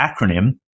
acronym